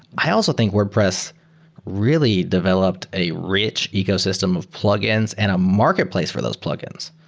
i also think wordpress really developed a rich ecosystem of plug-ins and a marketplace for those plug-ins.